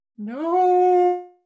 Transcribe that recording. No